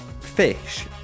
fish